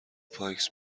پایکس